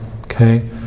Okay